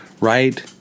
right